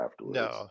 No